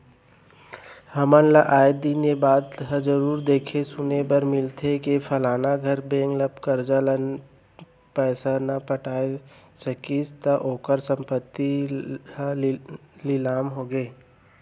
हमन ल आय दिन ए बात ह जरुर देखे सुने बर मिलथे के फलाना घर बेंक ले करजा ले पइसा न नइ पटा सकिस त ओखर संपत्ति ह लिलाम होगे